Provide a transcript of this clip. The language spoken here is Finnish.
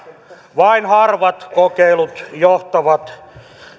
vain harvat kokeilut johtavat